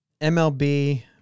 MLB